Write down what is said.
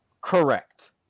Correct